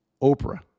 Oprah